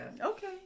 Okay